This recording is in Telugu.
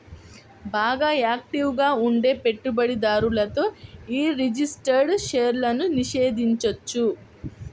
బాగా యాక్టివ్ గా ఉండే పెట్టుబడిదారులతో యీ రిజిస్టర్డ్ షేర్లను నిషేధించొచ్చు